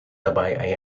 dabei